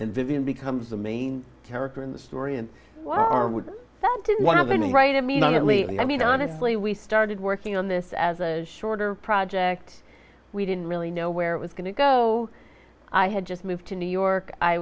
the vivian becomes the main character in the story and said to one of the new right immediately i mean honestly we started working on this as a shorter project we didn't really know where it was going to go i had just moved to new york i